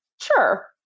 Sure